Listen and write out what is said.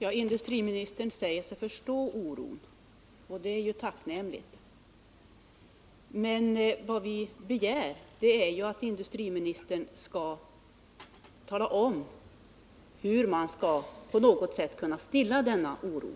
Herr talman! Industriministern säger sig förstå oron, och det är tacknämligt. Men vad vi begär är att industriministern skall tala om hur man på något sätt skall kunna stilla denna oro.